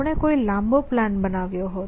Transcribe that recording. આપણે કોઈ લાંબો પ્લાન બનાવ્યો હોત